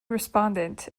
respondent